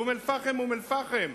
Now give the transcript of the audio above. ואום-אל-פחם היא אום-אל-פחם,